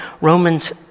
Romans